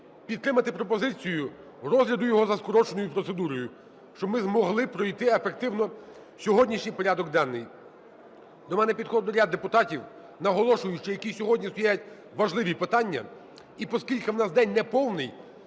підтримати пропозицію розгляду його за скороченою процедурою, щоб ми змогли пройти ефективно сьогоднішній порядок денний. До мене підходили ряд депутатів, наголошуючи, які сьогодні стоять важливі питання, і оскільки в нас день не повний,